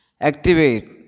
Activate